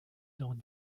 dans